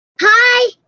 Hi